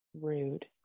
Rude